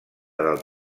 del